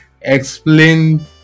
explain